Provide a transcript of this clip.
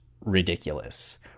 ridiculous